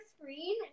screen